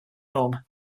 norm